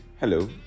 Hello